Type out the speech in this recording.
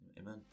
Amen